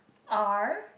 R